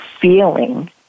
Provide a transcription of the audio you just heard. feeling